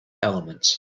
elements